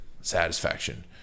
Satisfaction